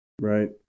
right